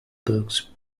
books